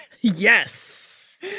Yes